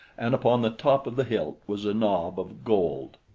and upon the top of the hilt was a knob of gold.